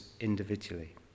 individually